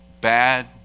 bad